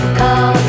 call